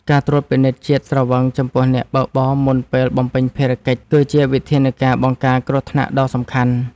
ការត្រួតពិនិត្យជាតិស្រវឹងចំពោះអ្នកបើកបរមុនពេលបំពេញភារកិច្ច គឺជាវិធានការបង្ការគ្រោះថ្នាក់ដ៏សំខាន់។